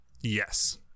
Yes